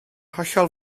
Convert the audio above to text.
hollol